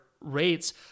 rates